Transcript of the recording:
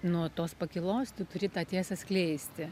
nuo tos pakylos tu turi tą tiesą skleisti